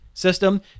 system